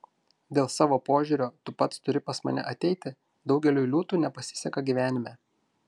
dėl savo požiūrio tu pats turi pas mane ateiti daugeliui liūtų nepasiseka gyvenime